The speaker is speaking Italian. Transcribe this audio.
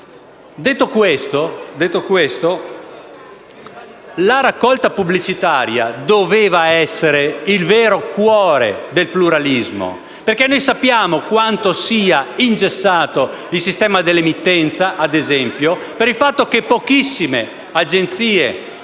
Ciò detto, la raccolta pubblicitaria doveva essere il vero cuore del pluralismo, perché ad esempio noi sappiamo quanto sia ingessato il sistema dell'emittenza per il fatto che pochissime agenzie di pubblicità